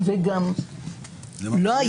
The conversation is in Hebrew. וגם לא היה